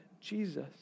Jesus